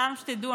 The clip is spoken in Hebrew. סתם שתדעו,